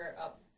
up